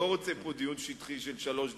לא רוצה פה דיון שטחי של שלוש דקות.